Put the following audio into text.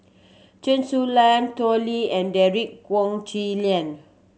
Chen Su Lan Tao Li and Derek Wong Zi Liang